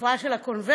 התופעה של ה-Conversos,